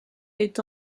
est